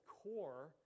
core